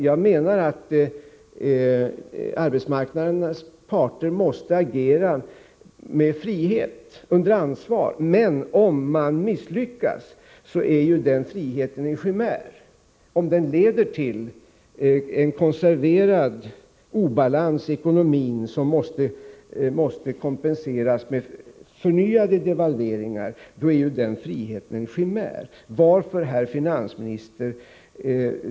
Jag menar att arbetsmarknadens parter måste agera i frihet under ansvar, men om de misslyckas är ju den friheten en chimär. Om den friheten leder till en konserverad obalans i ekonomin som måste kompenseras med förnyade 47 politiken på medellång sikt devalveringar är den en uppenbar fara för såväl samhällsekonomin som sysselsättningen.